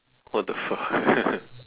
what the fuck